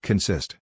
Consist